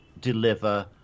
deliver